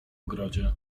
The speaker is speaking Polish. ogrodzie